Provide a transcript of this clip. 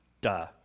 Duh